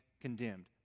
condemned